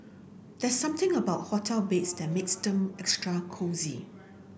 there's something about hotel beds that makes them extra cosy